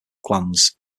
glands